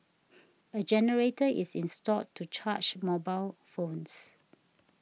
a generator is installed to charge mobile phones